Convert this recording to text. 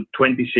26